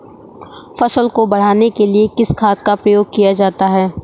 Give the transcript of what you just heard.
फसल को बढ़ाने के लिए किस खाद का प्रयोग किया जाता है?